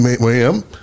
ma'am